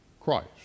Christ